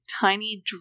tiny